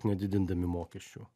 nedidindami mokesčių